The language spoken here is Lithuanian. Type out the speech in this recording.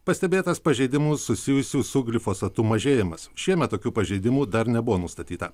pastebėtas pažeidimų susijusių su glifosatu mažėjimas šiemet tokių pažeidimų dar nebuvo nustatyta